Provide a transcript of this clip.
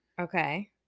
Okay